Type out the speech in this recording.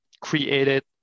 created